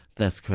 that's correct.